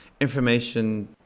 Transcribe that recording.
information